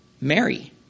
Mary